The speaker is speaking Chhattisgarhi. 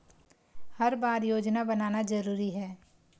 हर बार योजना बनाना जरूरी है?